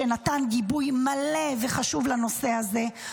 שנתן גיבוי מלא וחשוב לנושא הזה,